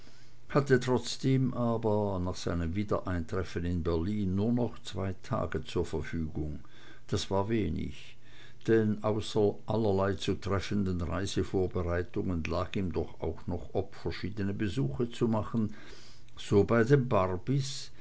hatte trotzdem aber nach seinem wiedereintreffen in berlin nur noch zwei tage zur verfügung das war wenig denn außer allerlei zu treffenden reisevorbereitungen lag ihm doch auch noch ob verschiedene besuche zu machen so bei den barbys